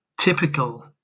typical